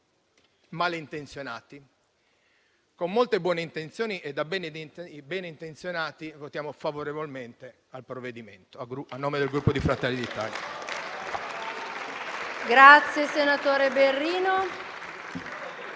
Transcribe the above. malintenzionati, con molte buone intenzioni e da benintenzionati votiamo favorevolmente al provvedimento,